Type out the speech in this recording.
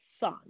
Son